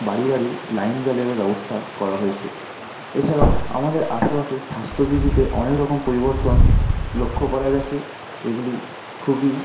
বাড়ি বাড়ি লাইন জলেরও ব্যবস্থা করা হয়েছে এছাড়াও আমাদের আশেপাশে স্বাস্থ্য বিধিতে অনেকরকম পরিবর্তন লক্ষ্য করা গেছে এগুলি খুবই